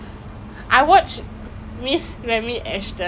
ya it's like !wah! you need to be damn pro eh